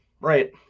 Right